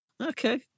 Okay